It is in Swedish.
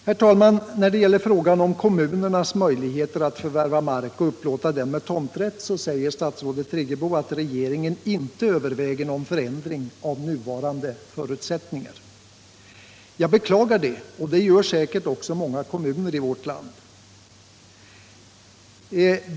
Herr talman! När det gäller frågan om kommunernas möjligheter att förvärva mark och upplåta den med tomträtt säger statsrådet Friggebo att regeringen inte överväger någon förändring av nuvarande förutsättningar. Jag beklagar detta, och det gör säkert också många kommuner i vårt land.